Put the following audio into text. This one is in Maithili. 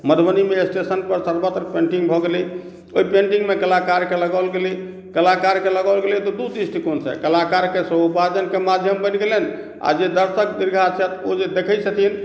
मधुबनीमे स्टेशन पर सर्वत्र पेन्टिंग भऽ गेलै ओहि पेन्टिंग मे कलाकारकेँ लगाओल गेलै तऽ दू दृष्टिकोण सॅं तऽ कलाकारकेँ से उपार्जनके माध्यम बनि गेलनि आ जे दर्शक दीर्घा छथि ओ जे देखै छथिन